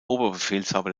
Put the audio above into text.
oberbefehlshaber